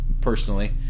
personally